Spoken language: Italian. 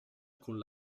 con